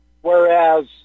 Whereas